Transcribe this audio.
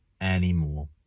anymore